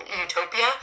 utopia